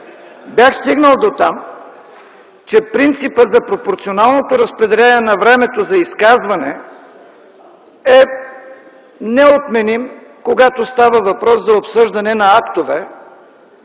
Бях стигнал дотам, че принципът за пропорционалното разпределение на времето за изказване е неотменим, когато става въпрос за обсъждане на актове